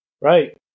Right